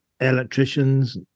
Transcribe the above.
electricians